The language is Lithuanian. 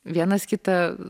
vienas kitą